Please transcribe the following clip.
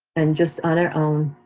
and just on our own,